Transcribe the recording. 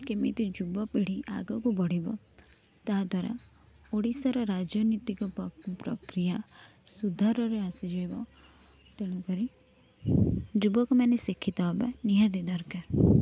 କେମିତି ଯୁବପିଢ଼ୀ ଆଗକୁ ବଢ଼ିବ ତା ଦ୍ଵାରା ଓଡ଼ିଶାର ରାଜନୀତିକ ପ୍ରକ୍ରିୟା ସୁଧାରରେ ଆସିଯିବ ତେଣୁ କରି ଯୁବକ ମାନେ ଶିକ୍ଷିତ ହବେ ନିହାତି ଦରକାର